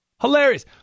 Hilarious